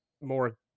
more